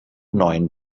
neuen